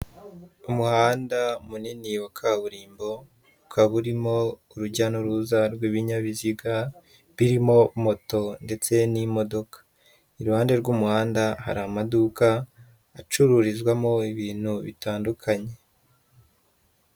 Umuhanda munini wa kaburimbo, ukaba urimo urujya n'uruza rw'ibinyabiziga, birimo moto ndetse n'imodoka. Iruhande rw'umuhanda hari amaduka, acururizwamo ibintu bitandukanye.